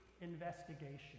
investigation